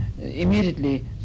immediately